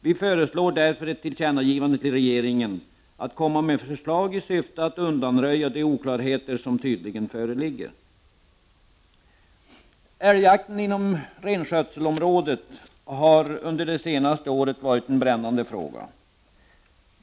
Vi föreslår därför ett tillkännagivande till regeringen att den bör komma med förslag i syfte att undanröja de oklarheter som tydligen föreligger. Älgjakten inom renskötselområdet har under det senaste året blivit en brännande fråga.